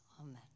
amen